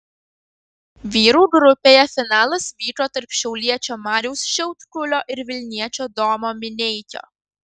vyrų grupėje finalas vyko tarp šiauliečio mariaus šiaudkulio ir vilniečio domo mineikio